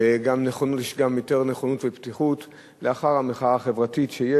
וגם יש יותר נכונות ופתיחות לאחר המחאה החברתית,